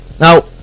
Now